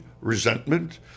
resentment